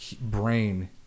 brain